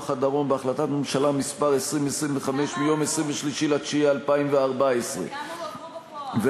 הדרום בהחלטת ממשלה מס' 2025 מיום 23 בספטמבר 2014. כמה עברו?